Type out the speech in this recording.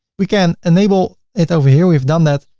we can enable it over here we've done that.